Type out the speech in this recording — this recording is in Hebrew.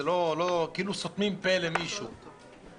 כי כאילו סותמים פה למישהו -- לא כאילו.